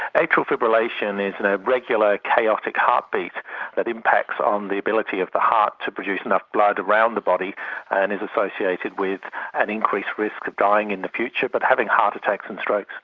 atrial fibrillation is an irregular chaotic heartbeat that impacts on the ability of the heart to produce enough blood around the body and is associated with an increased risk of dying in the future by but having heart attacks and strokes.